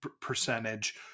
percentage